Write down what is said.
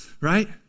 Right